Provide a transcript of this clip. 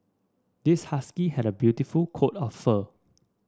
this husky has a beautiful coat of fur